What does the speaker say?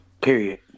Period